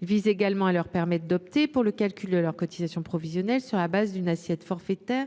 Il vise également à leur permettre d’opter pour le calcul de leurs cotisations provisionnelles sur la base d’une assiette forfaitaire